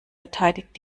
verteidigt